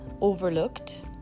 overlooked